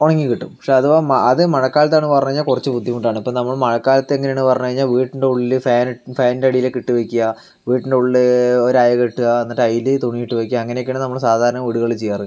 ഉണക്കി കിട്ടും പക്ഷെ അഥവാ അത് മഴക്കാലത്ത് എന്ന് പറഞ്ഞാൽ കുറച്ച് ബുദ്ധിമുട്ടാണ് ഇപ്പോൾ നമ്മൾ മഴക്കാലത്ത് എങ്ങനെയാണെന്ന് പറഞ്ഞാൽ വീട്ടിൻ്റെ ഉള്ളിൽ ഫാൻ ഫാനിൻ്റെ അടിയിലൊക്കെ ഇട്ട് വെക്കുക വീട്ടിൻ്റെ ഉള്ളിൽ ഒരു അയ കെട്ടുക എന്നിട്ട് അതിൽ തുണിയിട്ട് വെക്കുക അങ്ങനെയൊക്കെയാണ് നമ്മൾ സാധാരണ വീടുകളിൽ ചെയ്യാറ്